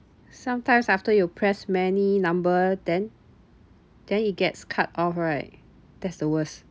sometimes after you press many number then then it gets cut off right that's the worst